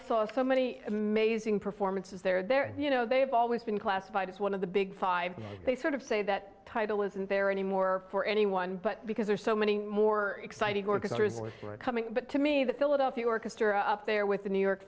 saw so many amazing performances there their you know they've always been classified as one of the big five they sort of say that title isn't there anymore for anyone but because there are so many more exciting orchestras coming but to me the philadelphia orchestra up there with the new york